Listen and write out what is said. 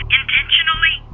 intentionally